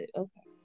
okay